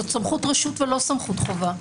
זאת סמכות רשות ולא סמכות חובה.